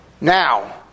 Now